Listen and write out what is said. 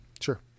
Sure